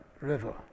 River